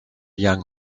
young